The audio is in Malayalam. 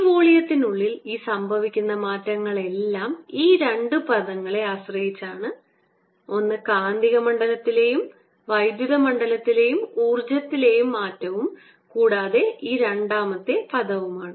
ഈ വോള്യത്തിനുള്ളിൽ ഈ സംഭവിക്കുന്ന മാറ്റങ്ങൾ എല്ലാം ഈ രണ്ടു പദങ്ങളെ ആശ്രയിച്ചാണ് ഒന്ന് കാന്തിക മണ്ഡലത്തിലെയും വൈദ്യുത മണ്ഡലത്തിലെയും ഊർജ്ജത്തിലെ മാറ്റവും കൂടാതെ ഈ രണ്ടാമത്തെ പദവുമാണ്